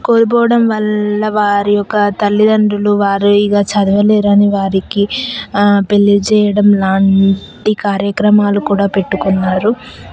కోల్పోవడం వల్ల వారి యొక్క తల్లిదండ్రులు వారు ఇక చదవలేరని వారికి పెళ్లి చేయడం లాంటి కార్యక్రమాలు కూడా పెట్టుకున్నారు